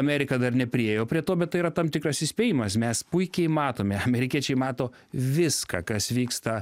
amerika dar nepriėjo prie to bet tai yra tam tikras įspėjimas mes puikiai matome amerikiečiai mato viską kas vyksta